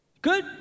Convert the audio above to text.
Good